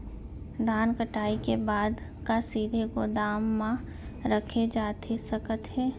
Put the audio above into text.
धान कटाई के बाद का सीधे गोदाम मा रखे जाथे सकत हे?